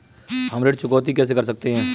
हम ऋण चुकौती कैसे कर सकते हैं?